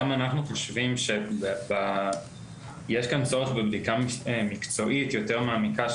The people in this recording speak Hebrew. אנחנו חושבים שיש כאן צורך בבדיקה מקצועית יותר מעמיקה,